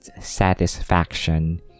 satisfaction